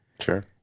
Sure